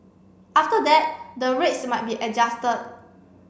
after that the rates might be adjusted